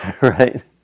right